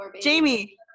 Jamie